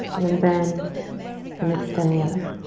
then bend and extend the other.